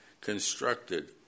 constructed